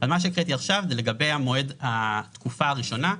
מה שהקראתי עכשיו זה לגבי התקופה הראשונה,